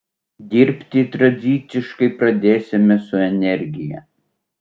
dirbti tradiciškai pradėsime su energija